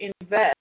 invest